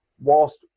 whilst